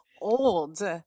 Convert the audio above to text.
old